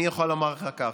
אני יכול לומר לך כך.